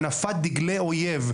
הנפת דגלי אויב,